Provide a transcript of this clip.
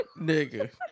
nigga